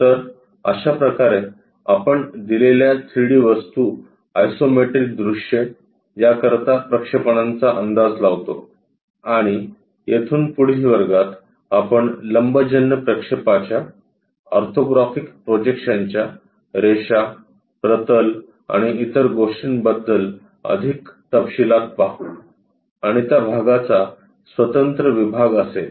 तर अशाप्रकारे आपण दिलेल्या 3 डी वस्तू आइसोमेट्रिक दृश्ये याकरिता प्रक्षेपणांचा अंदाज लावतो आणि येथून पुढील वर्गात आपण लंबजन्य प्रक्षेपाच्या ऑर्थोग्राफिक प्रोजेक्शन च्या रेषा प्रतल आणि इतर गोष्टी बद्दल अधिक तपशीलात पाहू आणि त्या भागाचा स्वतंत्र विभाग असेल